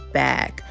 back